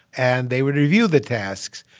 and they would review the tasks.